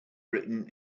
written